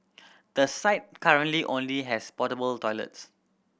the site currently only has portable toilets